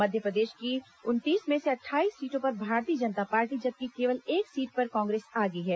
मध्यप्रदेश की उनतीस में से अट्ठाईस सीटों पर भारतीय जनता पार्टी जबकि केवल एक सीट पर कांग्रेस आगे है